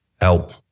help